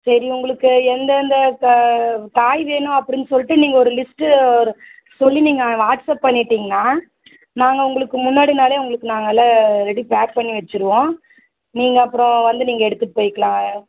சரி உங்களுக்கு எந்தெந்த கா காய் வேணும் அப்படின்னு சொல்லிட்டு நீங்கள் ஒரு லிஸ்ட்டு ஒரு சொல்லி நீங்கள் வாட்ஸ்ஆப் பண்ணிவிட்டிங்ன்னா நாங்கள் உங்களுக்கு முன்னாடி நாளே உங்களுக்கு நாங்களே ரெடி பேக் பண்ணி வச்சுருவோம் நீங்கள் அப்புறம் வந்து நீங்கள் எடுத்துகிட்டு போய்க்கலாம்